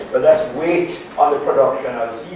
but let's wait on the production of